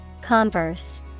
Converse